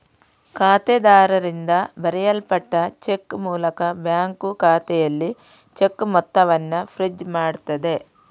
ಖಾತೆದಾರರಿಂದ ಬರೆಯಲ್ಪಟ್ಟ ಚೆಕ್ ಮೂಲಕ ಬ್ಯಾಂಕು ಖಾತೆಯಲ್ಲಿ ಚೆಕ್ ಮೊತ್ತವನ್ನ ಫ್ರೀಜ್ ಮಾಡ್ತದೆ